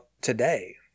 today